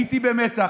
הייתי במתח.